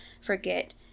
forget